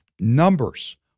numbers